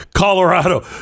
colorado